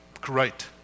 Great